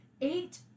eight